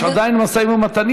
יש עדיין משאים-ומתנים,